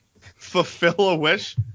Fulfill-A-Wish